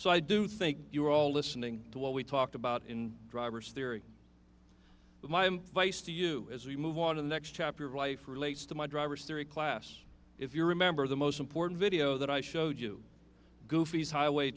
so i do think you were all listening to what we talked about in driver's theory but my vice to you as we move on to the next chapter of life relates to my driver's theory class if you remember the most important video that i showed you goofy's highway